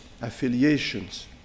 affiliations